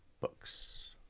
books